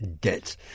debt